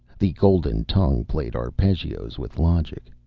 the golden tongue played arpeggios with logic.